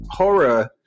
horror